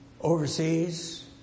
overseas